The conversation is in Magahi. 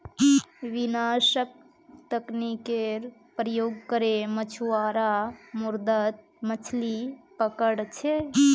विनाशक तकनीकेर प्रयोग करे मछुआरा समुद्रत मछलि पकड़ छे